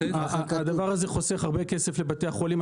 הדבר הזה חוסך הרבה כסף לבתי החולים.